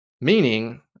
meaning